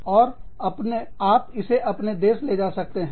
और आप इसे अपने देश में ले सकते हैं